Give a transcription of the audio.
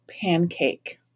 pancake